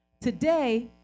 Today